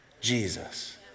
Jesus